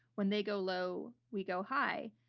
when they go low, we go high.